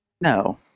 No